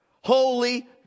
Holy